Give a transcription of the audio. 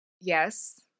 yes